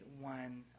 one